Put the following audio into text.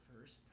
first